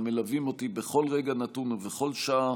המלווים אותי בכל רגע נתון ובכל שעה,